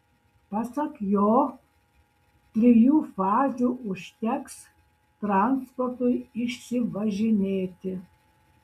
pasak jo trijų fazių užteks transportui išsivažinėti